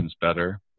better